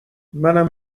منم